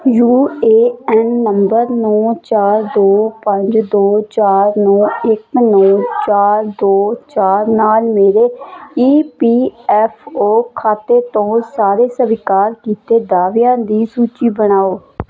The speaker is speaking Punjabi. ਯੂ ਏ ਐੱਨ ਨੰਬਰ ਨੌਂ ਚਾਰ ਦੋ ਪੰਜ ਦੋ ਚਾਰ ਨੌਂ ਇੱਕ ਨੌਂ ਚਾਰ ਦੋ ਚਾਰ ਨਾਲ ਮੇਰੇ ਈ ਪੀ ਐੱਫ ਓ ਖਾਤੇ ਤੋਂ ਸਾਰੇ ਸਵੀਕਾਰ ਕੀਤੇ ਦਾਅਵਿਆਂ ਦੀ ਸੂਚੀ ਬਣਾਓ